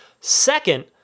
Second